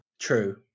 True